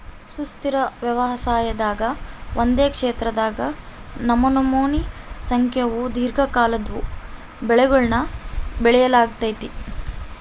ಸುಸ್ಥಿರ ವ್ಯವಸಾಯದಾಗ ಒಂದೇ ಕ್ಷೇತ್ರದಾಗ ನಮನಮೋನಿ ಸಂಖ್ಯೇವು ದೀರ್ಘಕಾಲದ್ವು ಬೆಳೆಗುಳ್ನ ಬೆಳಿಲಾಗ್ತತೆ